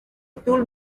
tul